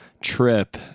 trip